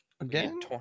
Again